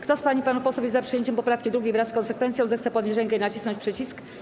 Kto z pań i panów posłów jest za przyjęciem poprawki 2., wraz z konsekwencją, zechce podnieść rękę i nacisnąć przycisk.